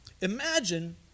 Imagine